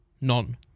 None